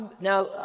Now